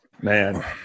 Man